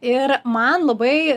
ir man labai